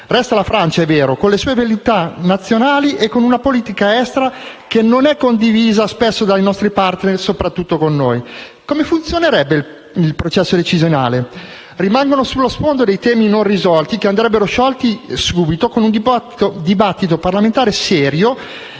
Resta la Francia - è vero - con le sue velleità nazionali e con una politica estera spesso non condivisa dai nostri *partner*, soprattutto con noi. Come funzionerebbe il processo decisionale? Rimangano sullo sfondo tanti nodi, che andrebbero sciolti subito con un dibattito parlamentare serio